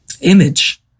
image